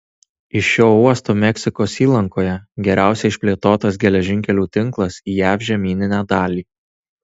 iš šio uosto meksikos įlankoje geriausiai išplėtotas geležinkelių tinklas į jav žemyninę dalį